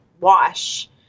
wash